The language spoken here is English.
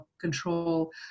control